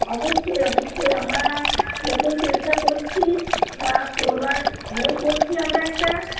অবশ্যই অবশ্যই আমরা দেখুন চেষ্টা করছি বা করবার এও করছি আমরা একটা